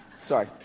Sorry